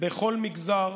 בכל מגזר,